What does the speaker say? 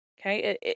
Okay